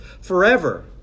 forever